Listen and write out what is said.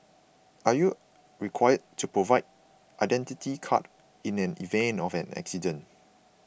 are you required to provide Identity Card in an event of an accident